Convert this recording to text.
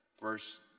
verse